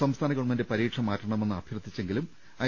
സംസ്ഥാന ഗവൺമെന്റ് പരീക്ഷ മാറ്റണമെന്ന് അഭ്യർത്ഥിച്ചെങ്കിലും ഐ